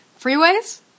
freeways